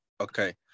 Okay